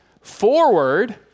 forward